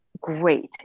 great